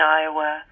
iowa